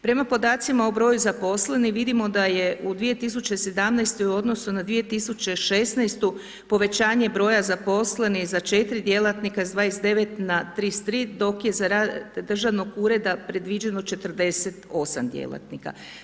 Prema podacima o broju zaposlenih vidimo da je u 2017. u odnosu na 2016. povećanje broja zaposlenih za 4 djelatnika s 29 na 33, dok je za rad državnog ureda predviđeno 48 djelatnika.